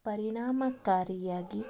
ಪರಿಣಾಮಕಾರಿಯಾಗಿ